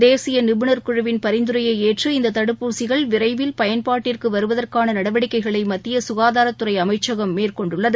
தேசியநிபுணர்குழுவின் பரிந்துரையைஏற்று விரைவில் இந்ததடுப்பூசிகள் பயன்பாட்டிற்குவருவதற்கானநடவடிக்கைகளைமத்தியசுகாதாரத்துறைஅமைச்சகம் மேற்கொண்டுள்ளது